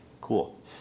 cool